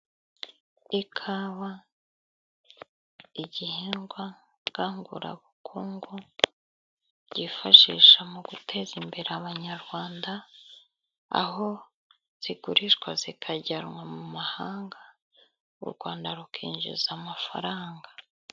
Ikawa igihingwa Ngandurabukungu byifashisha mu guteza imbere abanyarwanda,R aho zigurishwa zikajyanwa mu mahanga u Rwanda rukinjiza amafaranga.